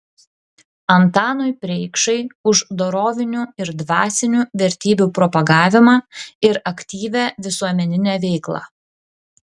antanui preikšai už dorovinių ir dvasinių vertybių propagavimą ir aktyvią visuomeninę veiklą